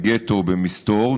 בגטו או במסתור,